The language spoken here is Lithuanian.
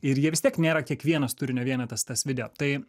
ir jie vis tiek nėra kiekvienas turinio vienetas tas video tai